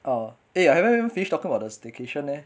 ah eh I haven't even finish talking about the staycation leh